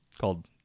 called